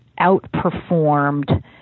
outperformed